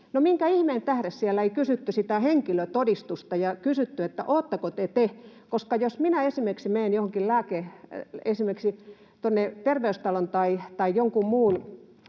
minkä ihmeen tähden siellä ei kysytty sitä henkilötodistusta ja kysytty, että oletteko te te? Jos minä esimerkiksi menen tuonne Terveystalon tai jonkun muun